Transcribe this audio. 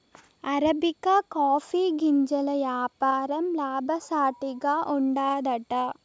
arabica coffee గింజల యాపారం లాభసాటిగా ఉండాదట